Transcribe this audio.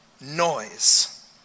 noise